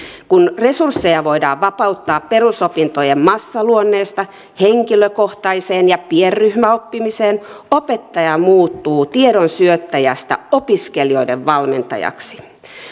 kun resursseja voidaan vapauttaa perusopintojen massaluennoista henkilökohtaiseen ja pienryhmäoppimiseen opettaja muuttuu tiedon syöttäjästä opiskelijoiden valmentajaksi